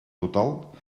total